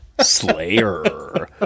Slayer